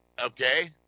Okay